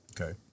Okay